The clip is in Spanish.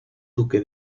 duque